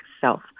self